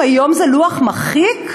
היום זה לוח מחיק.